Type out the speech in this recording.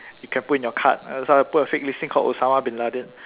you can put in your card so put a fake listing called Osama-bin-Laden